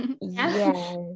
yes